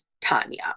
Tanya